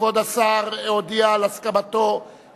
כבוד השר הודיע על הסכמתו,